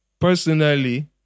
Personally